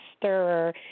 stirrer